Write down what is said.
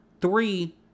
Three